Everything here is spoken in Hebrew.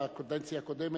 בקדנציה הקודמת,